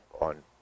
on